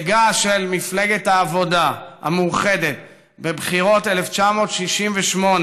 הישגה של מפלגת העבודה המאוחדת בבחירות 1968,